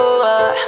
over